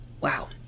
Wow